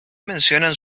mencionan